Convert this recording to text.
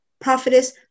prophetess